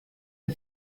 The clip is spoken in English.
the